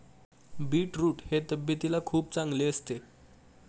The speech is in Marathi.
बीटरूट हे तब्येतीला खूप चांगले असते